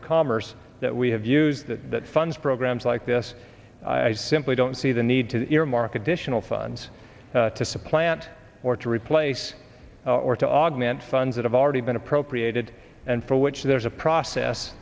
of commerce that we have used that funds programs like this i simply don't see the need to earmark additional funds to supplant or to replace or to augment funds that have already been appropriated and for which there is a process